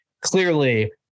Clearly